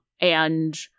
and-